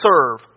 serve